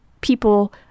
people